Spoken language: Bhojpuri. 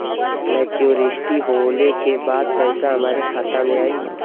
मैच्योरिटी होले के बाद पैसा हमरे खाता में आई?